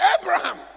Abraham